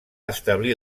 establir